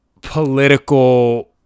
political